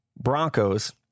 Broncos